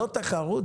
זו תחרות?